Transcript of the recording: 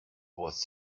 was